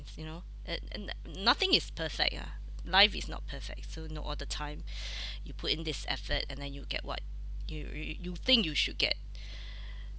you know and and nothing is perfect ah life is not perfect so no all the time you put in this effort and then you get what you you you think you should get